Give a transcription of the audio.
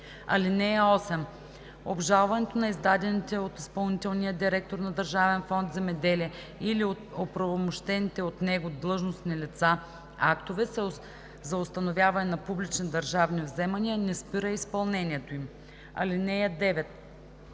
(8) Обжалването на издадените от изпълнителния директор на Държавен фонд „Земеделие“ или от оправомощените от него длъжностни лица актове за установяване на публични държавни вземания не спира изпълнението им. (9)